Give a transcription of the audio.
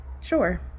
sure